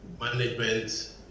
management